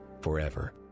forever